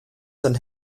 sein